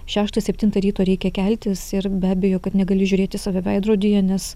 šeštą septintą ryto reikia keltis ir be abejo kad negali žiūrėt į save veidrodyje nes